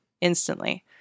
instantly